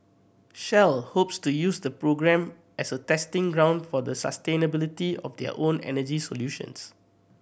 shell hopes to use the program as a testing ground for the sustainability of their own energy solutions